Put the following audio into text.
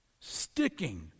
Sticking